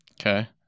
Okay